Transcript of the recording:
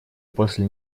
после